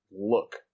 look